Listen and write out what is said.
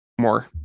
more